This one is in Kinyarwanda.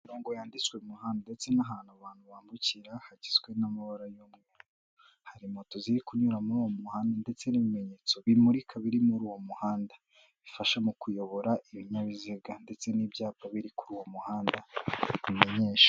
Imirongo yanditswe mu muhanda ndetse n'ahantu abantu bambukira hagizwe n'amabara y’umweru, hari moto ziri kunyura muri uwo muhanda ndetse n'ibimenyetso bimurika biri muri uwo muhanda bifasha mu kuyobora ibinyabiziga ndetse n'ibyapa biri kuri uwo muhanda bimenyesha…..